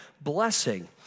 blessing